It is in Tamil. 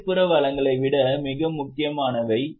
வெளிப்புற வளங்களை விட மிக முக்கியமானவை